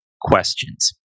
questions